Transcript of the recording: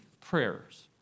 prayers